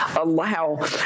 allow